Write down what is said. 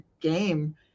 game